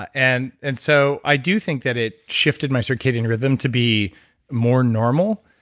and and so i do think that it shifted my circadian rhythm to be more normal,